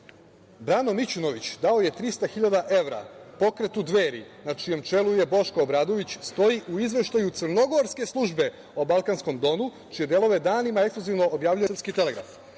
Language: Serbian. Brano Mićunović dao je 300 hiljada evra pokretu Dveri, na čijem čelu je Boško Obradović, stoji u izveštaju crnogorske službe o balkanskom donu, čije delove danima ekskluzivno objavljuje Srpski telegraf,